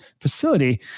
facility